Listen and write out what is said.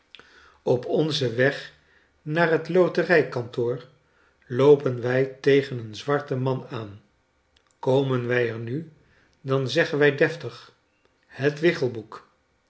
op onzen weg naar het loterijkantoor loopen wij tegen een zwarten man aan komen wij er nu dan zeggen wij deftig het